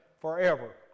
forever